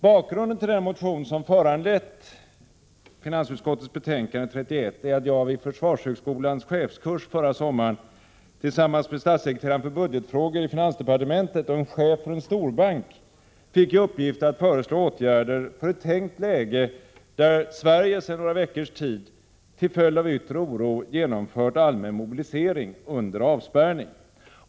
Bakgrunden till den motion som föranlett finansutskottets betänkande 31 är att jag vid försvarshögskolans chefskurs förra sommaren tillsammans med statssekreteraren för budgetfrågor i finansdepartementet och en chef för en storbank fick i uppgift att föreslå åtgärder för ett tänkt läge, där Sverige sedan några veckors tid till följd av yttre oro genomfört allmän mobilisering under avspärrning.